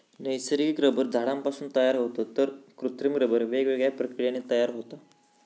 नैसर्गिक रबर झाडांपासून तयार होता तर कृत्रिम रबर वेगवेगळ्या प्रक्रियांनी तयार होता